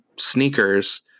sneakers